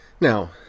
Now